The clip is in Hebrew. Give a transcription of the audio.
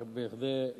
רק כדי למנוע,